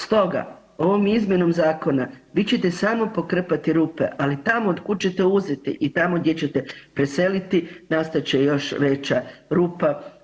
Stoga, ovom izmjenom zakona vi ćete samo pokrpati rupe, ali tamo otkud ćete uzeti i tamo gdje ćete preseliti nastat će još veća rupa.